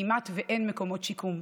וכמעט שאין מקומות שיקום.